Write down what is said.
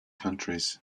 countries